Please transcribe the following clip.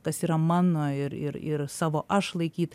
kas yra mano ir ir ir savo aš laikyt